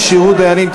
כשירות דיינים),